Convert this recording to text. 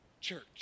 church